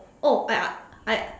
oh I uh I